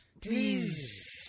Please